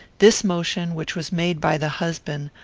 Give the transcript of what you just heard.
this motion, which was made by the husband,